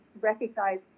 recognize